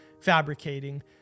fabricating